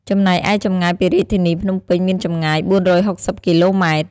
ចំណែកឯចម្ងាយពីរាជធានីភ្នំពេញមានចម្ងាយ ៤៦០គីឡូម៉ែត្រ។